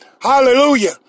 hallelujah